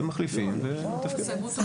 מחליפים ומתפקדים.